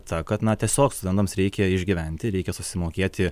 ta kad na tiesiog studentams reikia išgyventi reikia susimokėti